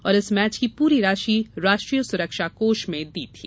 और इस मैच की पूरी राशि राष्ट्रीय सुरक्षाकोष में दी थी